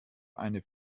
eine